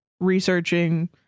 researching